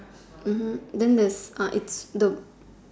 erm then this er is the